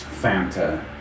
Fanta